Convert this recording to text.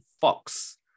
Fox